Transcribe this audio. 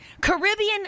Caribbean